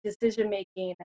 decision-making